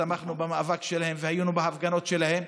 תמכנו במאבק שלהם והיינו בהפגנות שלהם.